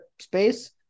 space